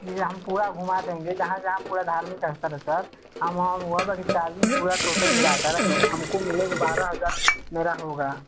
जी हम पूरा घूमा देंगे जहाँ जहाँ पूरा धार्मिक स्थल रहता है सर हम हम वहाँ पर चार्जिंग पूरा टोटल मिला कर हमको मिलेंगे बारह हज़ार मेरा होगा